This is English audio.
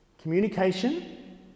Communication